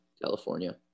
California